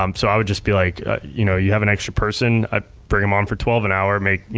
um so, i would just be like you know, you have an extra person, ah bring em on for twelve dollars an hour, make you